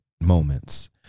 moments